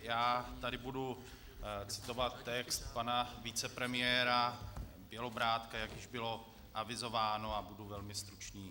Já tady budu citovat text pana vicepremiéra Bělobrádka, jak už bylo avizováno, a budu velmi stručný.